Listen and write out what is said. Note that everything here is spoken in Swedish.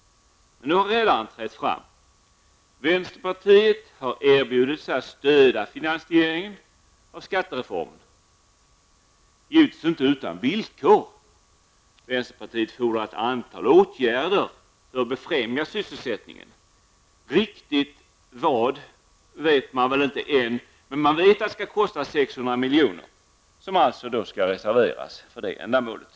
Men nu har räddaren trätt fram: Vänsterpartiet har erbjudit sig att stödja finansieringen av skattereformen -- givetvis inte utan villkor! Vänsterpartiet fordrar ett antal åtgärder för att befrämja sysselsättningen -- riktigt vad vet man väl inte ännu. Men man vet att det kommer att kosta 600 miljoner, som alltså skall reserveras för ändamålet.